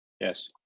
yes